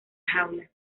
jaula